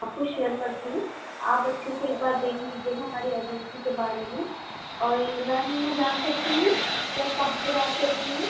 आपको शेयर करती हूँ आप अच्छे से एक बार देख लीजिएगा हमारी एजेंसी के बारे में और मैम मैं जान सकती हूँ कि आप कहाँ से बात कर रही हैं